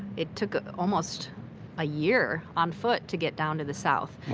it took almost a year on foot to get down to the south.